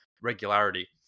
regularity